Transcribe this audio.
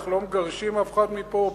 אנחנו לא מגרשים אף אחד מפה,